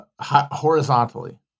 horizontally